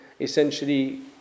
essentially